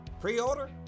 Pre-order